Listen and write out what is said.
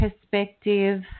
perspective